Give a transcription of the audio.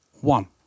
one